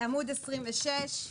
עמוד 26,